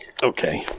Okay